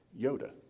Yoda